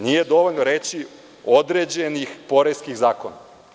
Nije dovoljno reći – određenih poreskih zakona.